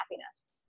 happiness